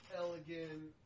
elegant